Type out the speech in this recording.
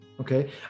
Okay